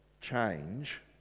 change